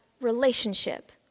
relationship